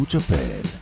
Japan